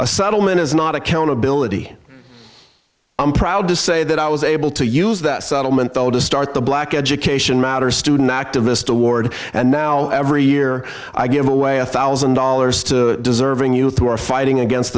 a settlement is not accountability i'm proud to say that i was able to use that settlement though to start the black education matters student activist award and now every year i give away a thousand dollars to deserving youth who are fighting against